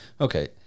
okay